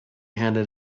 handed